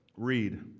Read